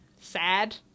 sad